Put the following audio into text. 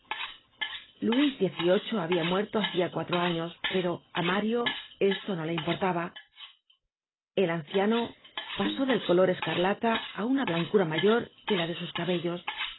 luis xviii habia muerto hacia cuatro años pero á mario esto no le importaba el anciano pasó del color escarlata á una blancura mayor que la de sus cabellos se